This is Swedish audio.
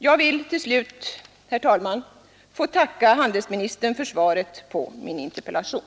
Jag vill till slut, herr talman, tacka handelsministern för svaret på min interpellation.